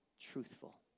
truthful